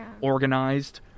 organized